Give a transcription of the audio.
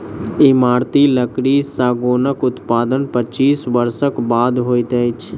इमारती लकड़ी सागौनक उत्पादन पच्चीस वर्षक बाद होइत अछि